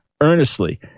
earnestly